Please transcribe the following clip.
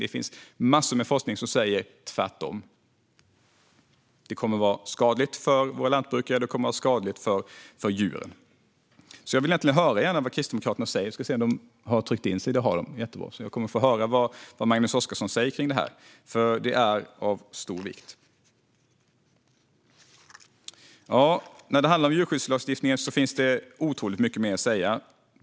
Det finns massor med forskning som säger tvärtom; det kommer att vara skadligt för våra lantbrukare, och det kommer att vara skadligt för djuren. Jag vill gärna höra vad Kristdemokraterna och Magnus Oscarsson säger om det. Det är nämligen av stor vikt. Det finns mycket mer att säga om djurskyddslagstiftningen.